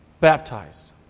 baptized